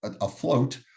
afloat